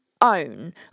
own